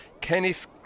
kenneth